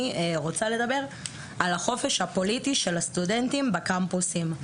אני רוצה לדבר על החופש הפוליטי של הסטודנטים בקמפוסים.